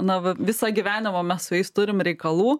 na va visą gyvenimą mes su jais turim reikalų